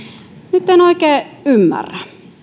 nyt en oikein ymmärrä